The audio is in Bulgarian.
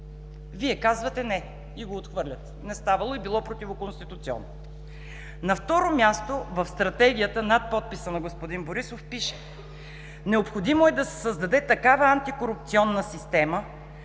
Вие казвате – не, и го отхвърляте. Не ставало и било противоконституционно. На второ място, в Стратегията над подписа на господин Борисов пише: „Необходимо е да се създаде такава антикорупционна система,